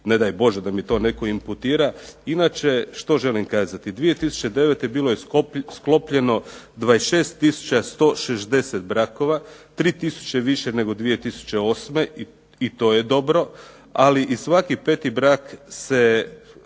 Ne daj Bože da mi to netko imputira. Inače, što želim kazati. 2009. bilo je sklopljeno 26160 brakova, 3000 više nego 2008. I to je dobro, ali i svaki peti brak se